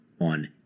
on